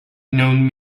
known